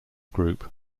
group